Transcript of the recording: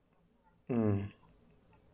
um